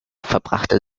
verbrachte